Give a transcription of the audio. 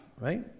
right